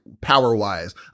power-wise